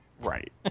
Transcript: right